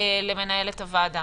למנהלת הוועדה